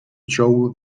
ciął